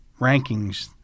rankings